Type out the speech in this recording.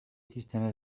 سیستم